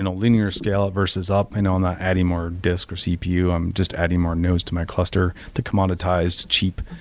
and linear scale versus up in on a adding more disk or cpu, um just adding more nodes to my cluster to commoditize cheap,